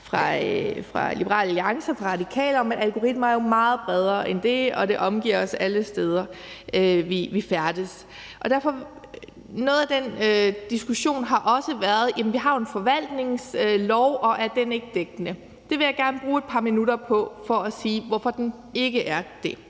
fra Liberal Alliance og Radikale Venstre om, at algoritmer er meget bredere end det, og det omgiver os alle steder, vi færdes. Noget af den diskussion har også været, at vi jo har en forvaltningslov, og om den ikke er dækkende. Det vil jeg gerne bruge et par minutter på at sige, hvorfor den ikke er det.